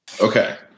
Okay